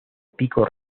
pico